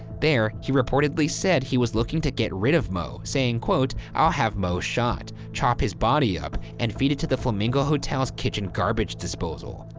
there, he reportedly said he was looking to get rid of moe, saying, quote, i'll have moe shot, chop his body up, and feed it to the flamingo hotel's kitchen garbage disposal,